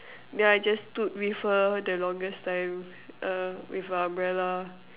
then I just stood with her the longest time uh with a umbrella